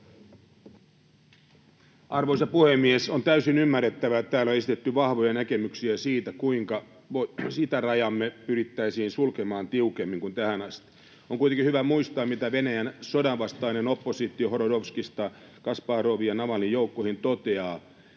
Arvoisa puhemies! On täysin ymmärrettävää, että täällä on esitetty vahvoja näkemyksiä siitä, kuinka itärajamme pyrittäisiin sulkemaan tiukemmin kuin tähän asti. On kuitenkin hyvä muistaa, mitä Venäjän sodanvastainen oppositio Hodorkovskista Kasparovin ja Navalnyin joukkoihin toteaa: